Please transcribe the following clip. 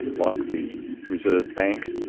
like the reserve bank,